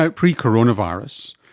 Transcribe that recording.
ah pre-coronavirus,